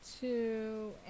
two